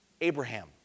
Abraham